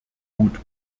mut